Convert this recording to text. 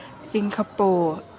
Singapore